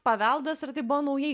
paveldas ar tai buvo naujai